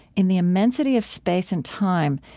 in the immensity of space and time,